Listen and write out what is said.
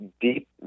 deep